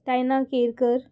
Tayna Kerkar